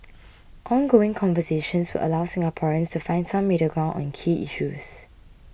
ongoing conversations will allow Singaporeans to find some middle ground on key issues